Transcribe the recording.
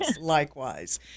likewise